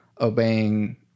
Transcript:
obeying